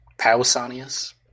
Pausanias